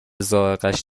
ذائقهاش